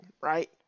right